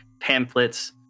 pamphlets